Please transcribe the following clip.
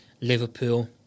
Liverpool